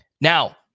Now